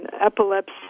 epilepsy